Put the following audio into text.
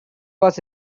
was